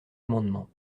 amendement